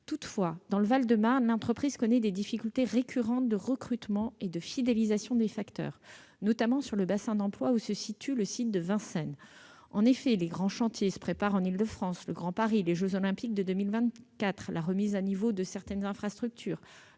Toutefois, dans le Val-de-Marne, l'entreprise connaît des difficultés récurrentes de recrutement et de fidélisation des facteurs, notamment sur le bassin d'emploi où se situe le site de Vincennes. En effet, de grands chantiers se préparent en Île-de-France - le Grand Paris, les jeux Olympiques de 2024, la remise à niveau de certaines infrastructures,